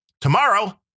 Tomorrow